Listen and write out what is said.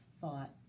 thought